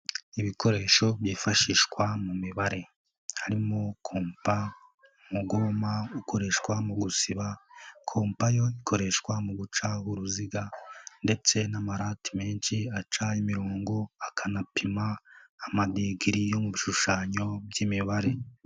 Ibikoresho byifashishwa mu mibare harimo: kompa, mugomba gukoreshwa mu gusiba, kompa yo ikoreshwa mu guca uruziga ndetse n'amarati menshi aca imirongo akanapima amadigiri yo mu bishushanyo by'imibare.